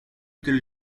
tel